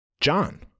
John